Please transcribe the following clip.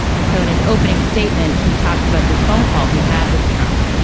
and so in his opening statement he talks about this phone call he had with trump.